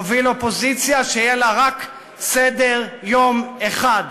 נוביל אופוזיציה שיהיה לה רק סדר-יום אחד: